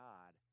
God